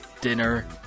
dinner